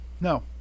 No